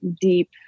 deep